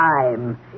time